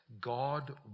God